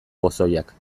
pozoiak